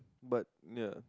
but yeah